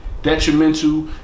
Detrimental